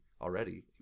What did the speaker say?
already